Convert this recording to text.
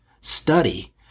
study